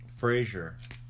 Frasier